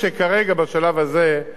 העדיפות של מחלוף